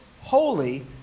holy